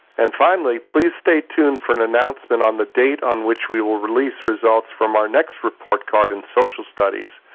and finally, please stay tuned for an announcement on the date on which we will release results from our next report card in social studies,